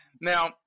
Now